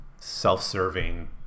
self-serving